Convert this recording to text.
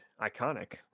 iconic